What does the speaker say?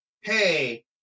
hey